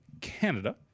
Canada